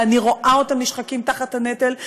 ואני רואה אותם נשחקים תחת הנטל.